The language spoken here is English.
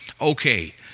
Okay